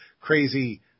crazy